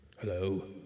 Hello